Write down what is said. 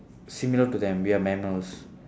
similar to them we are mammals